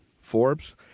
Forbes